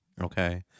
okay